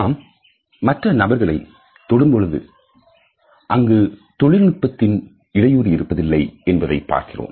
நாம் மற்ற நபர்களை தொடும் பொழுது அங்கு தொழில்நுட்பத்தில் இடையூறு இருப்பதில்லை என்பதை பார்க்கிறோம்